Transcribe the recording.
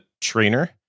trainer